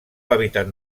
hàbitat